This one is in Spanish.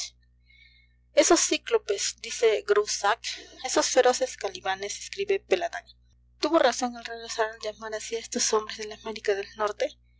esos cíclopes dice groussac esos feroces calibanes escribe peladan tuvo razón el raro sar al llamar así a estos hombres de la américa del norte